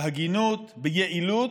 בהגינות, ביעילות,